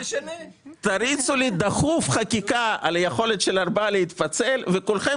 תריצו לי דחוף חקיקה על יכולת של ארבעה להתפצל וכולכם